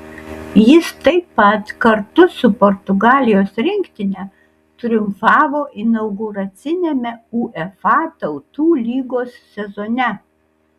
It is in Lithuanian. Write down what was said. jis taip pat kartu su portugalijos rinktine triumfavo inauguraciniame uefa tautų lygos sezone